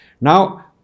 Now